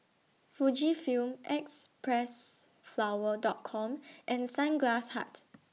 Fujifilm Xpressflower Dot Com and Sunglass Hut